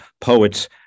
poets